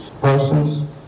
persons